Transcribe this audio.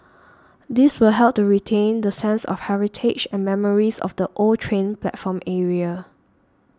this will help to retain the sense of heritage and memories of the old train platform area